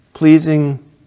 Pleasing